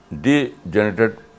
degenerated